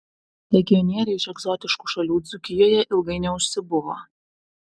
legionieriai iš egzotiškų šalių dzūkijoje ilgai neužsibuvo